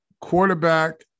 quarterback